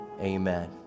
amen